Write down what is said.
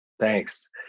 Thanks